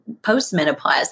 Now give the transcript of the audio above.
postmenopause